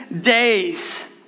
days